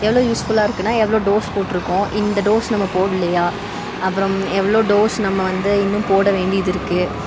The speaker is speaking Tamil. எவ்வளோ யூஸ்ஃபுல்லாக இருக்குதுன்னா எவ்வளோ டோஸ் போட்டிருக்கோம் இந்த டோஸ் நம்ம போடலையா அப்புறம் எவ்வளோ டோஸ் நம்ம வந்து இன்னும் போட வேண்டியது இருக்குது